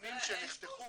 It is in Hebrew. מהמינונים שנחתכו